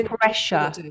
pressure